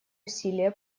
усилия